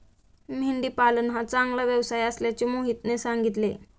मेंढी पालन हा चांगला व्यवसाय असल्याचे मोहितने सांगितले